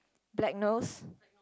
black nose